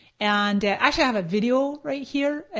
and i actually have a video right here,